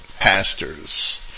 pastors